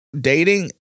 dating